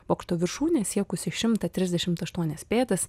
bokšto viršūnė siekusi šimtą trisdešimt aštuonias pėdas